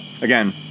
again